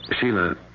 Sheila